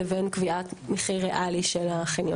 לבין קביעת מחיר ריאלי של החניון.